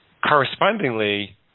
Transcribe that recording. correspondingly